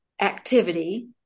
activity